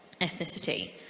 ethnicity